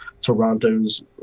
Toronto's